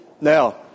Now